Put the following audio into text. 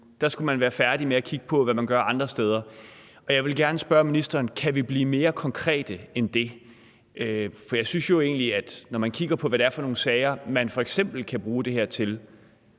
Der skulle man være færdig med at kigge på, hvad man gør andre steder. Jeg vil gerne spørge ministeren: Kan vi blive mere konkrete end det? For jeg synes jo egentlig, at når vi kigger på, hvad det er for nogle sager, man f.eks. kan opklare med det her,